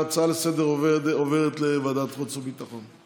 ההצעה לסדר-היום עוברת לוועדת החוץ והביטחון.